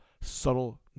subtle